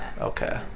Okay